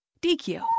DQ